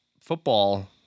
football